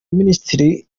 minisitiri